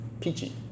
peachy